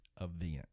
event